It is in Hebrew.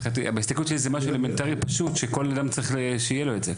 בהסתכלות שלי זה משהו אלמנטרי פשוט שכל אדם שיהיה לו את זה.